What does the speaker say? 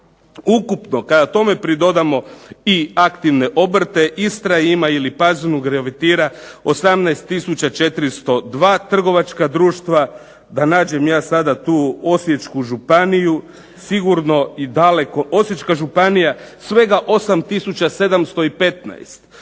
Ukupno kada tome pridodamo i aktivne obrte Istra ima ili Pazinu gravitira 18402 trgovačka društva. Da nađem ja sada tu Osječku županiju, sigurno i daleko, Osječka županija svega 8715,